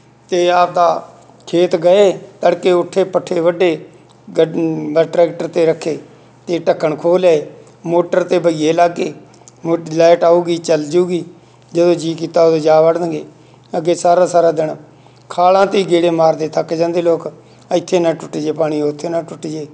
ਅਤੇ ਆਪਦਾ ਖੇਤ ਗਏ ਤੜਕੇ ਉੱਠੇ ਪੱਠੇ ਵੱਢੇ ਗੱ ਵ ਟਰੈਕਟਰ 'ਤੇ ਰੱਖੇ ਅਤੇ ਢੱਕਣ ਖੋਲ੍ਹ ਲਿਆਏ ਮੋਟਰ 'ਤੇ ਬਈਏ ਲੱਗ ਗਏ ਮੋਟ ਲਾਈਟ ਆਊਗੀ ਚਲ ਜੂਗੀ ਜਦੋਂ ਜੀਅ ਕੀਤਾ ਉਦੋਂ ਜਾ ਵੜਨਗੇ ਅੱਗੇ ਸਾਰਾ ਸਾਰਾ ਦਿਨ ਖਾਲਾਂ 'ਤੇ ਗੇੜੇ ਮਾਰਦੇ ਥੱਕ ਜਾਂਦੇ ਲੋਕ ਇੱਥੇ ਨਾ ਟੁੱਟ ਜੇ ਪਾਣੀ ਉੱਥੇ ਨਾ ਟੁੱਟ ਜੇ